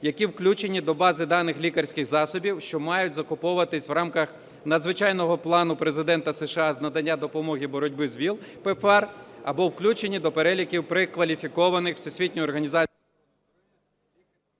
які включені до бази даних лікарських засобів, що мають закуповуватися в рамках надзвичайного плану Президента США з надання допомоги боротьби з ВІЛ PEРFAR або включені до переліків, прекваліфікованих Всесвітньою організацією…